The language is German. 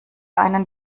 einen